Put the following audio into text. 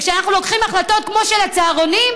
וכשאנחנו לוקחים החלטות כמו של הצהרונים,